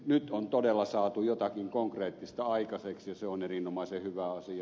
nyt on todella saatu jotakin konkreettista aikaiseksi ja se on erinomaisen hyvä asia